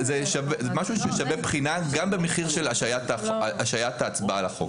זה משהו ששווה בחינה גם במחיר של השהיית ההצבעה על החוק,